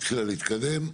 התחילה להתקדם.